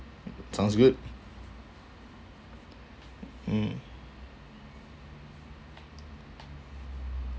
sounds good mm